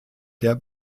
der